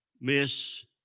miss